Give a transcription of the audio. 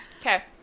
Okay